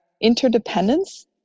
interdependence